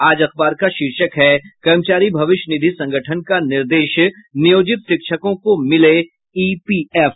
आज अखबार का शीर्षक है कर्मचारी भविष्य निधि संगठन का निर्देश नियोजित शिक्षकों को मिले ईपीएफ